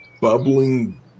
bubbling